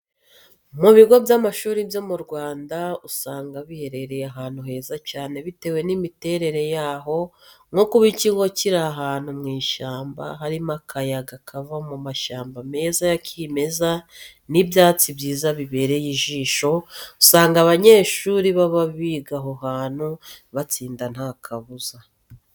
Mu bigo by'amashuri byo mu Rwanda usanga biherereye ahantu heza cyane bitewe n'imiterere yaho nko kuba ikigo kiri ahantu mu ishyamba harimo akayaga kava mu mahyamba meza ya kimeza n'ibyatsi byiza bibereye ijisho, usanga abanyeshuri baba biga aho hantu batsinda nta kabuza.